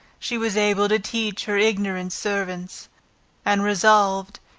she was able to teach her ignorant servants and resolved,